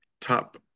top